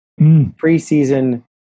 preseason